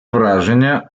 враження